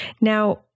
Now